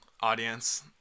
audience